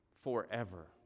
forever